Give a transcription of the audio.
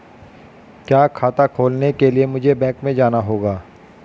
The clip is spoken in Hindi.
क्या खाता खोलने के लिए मुझे बैंक में जाना होगा?